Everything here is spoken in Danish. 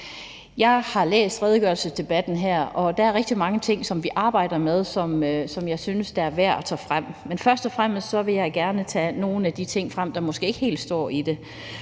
Jeg har læst redegørelsen her, og der er rigtig mange ting, som vi arbejder med, som jeg synes er værd at trække frem. Men først og fremmest vil jeg gerne trække nogle af de ting frem, der måske ikke helt står i den.